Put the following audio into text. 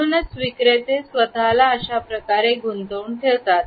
म्हणूनच विक्रेते स्वतःला अशाप्रकारे गुंतवून ठेवतात